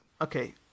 Okay